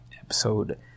episode